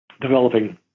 developing